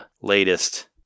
latest